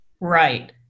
Right